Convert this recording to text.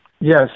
Yes